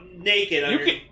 naked